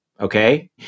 okay